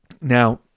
Now